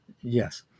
Yes